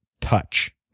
touch